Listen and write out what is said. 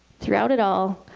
throughout it all,